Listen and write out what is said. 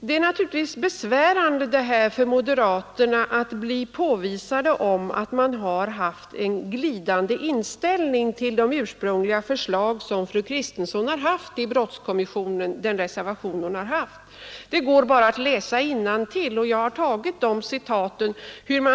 Det är naturligtvis besvärande för moderaterna att bli överbevisade om att ha haft en glidande inställning till fru Kristenssons ursprungliga förslag i brottskommissionen i den reservation hon där har avgivit. Det går bra att läsa innantill. Jag har tagit citaten från tillgängliga handlingar.